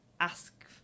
ask